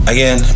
Again